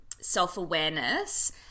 self-awareness